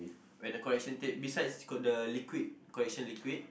when the correction tape besides got the liquid correction liquid